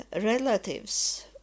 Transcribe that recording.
relatives